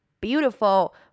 beautiful